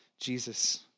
Jesus